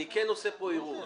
אני כן עושה פה עירוב.